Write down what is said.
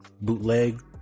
bootleg